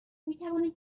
میتوانیم